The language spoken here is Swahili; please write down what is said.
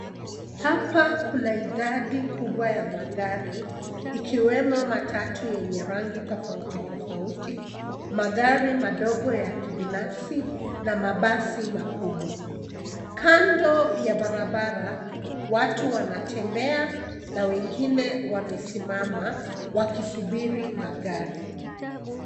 Hapa kuna idadi kubwa ya magari ikiwemo matatu yenye rangi tofauti tofauti, magari madogo ya kibinafsi na mabasi makubwa. Kando ya barabara watu wanatembea na wengine wamesimama wakisubiri magari.